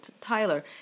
Tyler